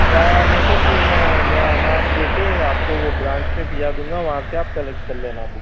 یا نہیں تو پھر میں میرا نام دے کے آپ کو وہ برانچ میں بھجا دوں گا وہاں سے آپ کلکٹ کر لینا بک